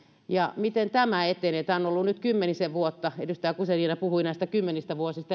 miten tämä etenee tämä on ollut nyt kymmenisen vuotta edustaja guzenina puhui näistä kymmenistä vuosista